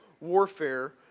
warfare